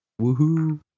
Woohoo